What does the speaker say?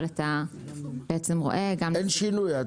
את אומרת שאין שינוי.